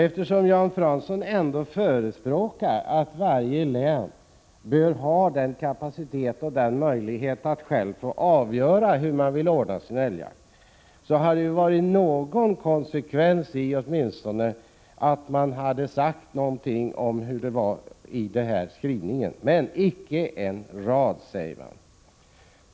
Eftersom Jan Fransson ändå förespråkar att varje län bör ha kapacitet och möjlighet att självt avgöra hur man vill ordna sin älgjakt, hade det varit åtminstone någon konsekvens om man hade sagt någonting om detta i skrivningen. Men icke en rad står det.